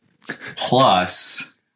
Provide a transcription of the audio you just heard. plus